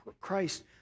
Christ